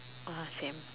uh same